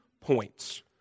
points